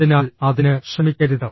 അതിനാൽ അതിന് ശ്രമിക്കരുത്